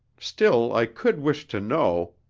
still, i could wish to know.